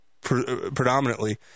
predominantly